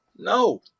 No